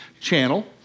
channel